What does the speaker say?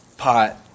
pot